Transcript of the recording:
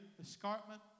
escarpment